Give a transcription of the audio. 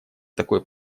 такой